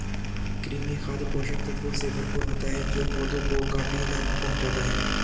कृमि खाद पोषक तत्वों से भरपूर होता है जो पौधों को काफी लाभ पहुँचाता है